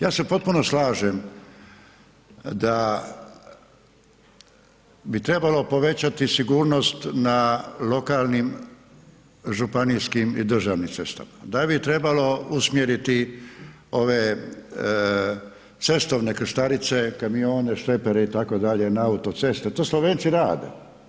Ja se potpuno slažem da bi trebalo povećati sigurnost na lokalnim, županijskim i državnim cestama, da bi trebalo usmjeriti ove cestovne krstarice, kamione, šlepere itd. na autoceste, to Slovenci rade.